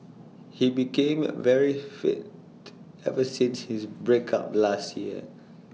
he became A very fit ever since his break up last year